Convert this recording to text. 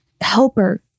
helper